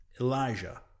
Elijah